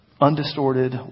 undistorted